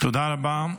תודה רבה.